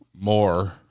more